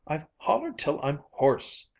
i've hollered till i'm hoarse!